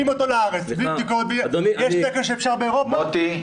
יש תקן של אירופה, מביאים אותו לארץ.